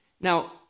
Now